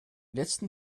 letzten